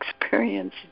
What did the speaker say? experience